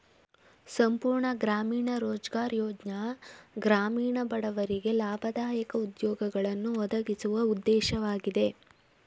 ಸಂಪೂರ್ಣ ಗ್ರಾಮೀಣ ರೋಜ್ಗಾರ್ ಯೋಜ್ನ ಗ್ರಾಮೀಣ ಬಡವರಿಗೆ ಲಾಭದಾಯಕ ಉದ್ಯೋಗಗಳನ್ನು ಒದಗಿಸುವ ಉದ್ದೇಶವಾಗಿದೆ